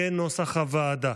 כנוסח הוועדה.